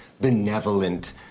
benevolent